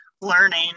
learning